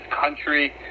country